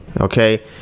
okay